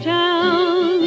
town